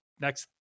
next